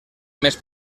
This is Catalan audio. més